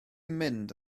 mynd